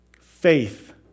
Faith